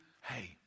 hey